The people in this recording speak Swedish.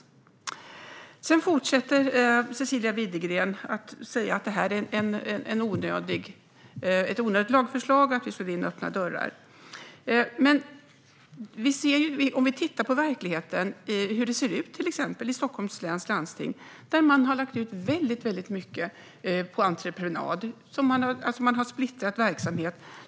Cecilia Widegren fortsätter med att säga att detta är ett onödigt lagförslag och att vi slår in öppna dörrar. Men låt oss titta på hur det ser ut i verkligheten i till exempel Stockholms läns landsting. Där har man lagt ut väldigt mycket på entreprenad. Man har alltså splittrat verksamheter.